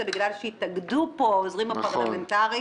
הם בגלל שהתאגדו פה העוזרים הפרלמנטריים